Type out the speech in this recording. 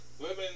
women